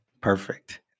Perfect